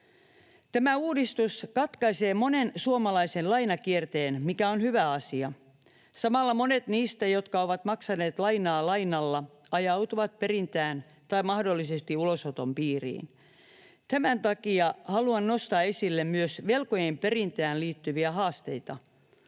Tämä uudistus katkaisee monen suomalaisen lainakierteen, mikä on hyvä asia. Samalla monet niistä, jotka ovat maksaneet lainaa lainalla, ajautuvat perintään tai mahdollisesti ulosoton piiriin. Tämän takia haluan nostaa esille myös velkojen perintään liittyviä haasteita.